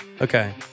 Okay